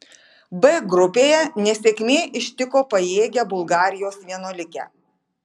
b grupėje nesėkmė ištiko pajėgią bulgarijos vienuolikę